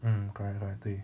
mm correct correct 对